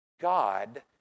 God